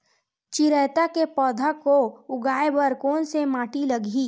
चिरैता के पौधा को उगाए बर कोन से माटी लगही?